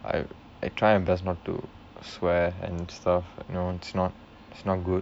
I I try my best not to swear and stuff you know it's not it's not good